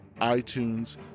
iTunes